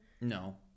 No